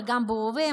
וגם בהווה,